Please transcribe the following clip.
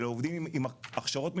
אלה עובדים עם הכשרות מיוחדות.